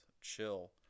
chill